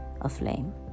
aflame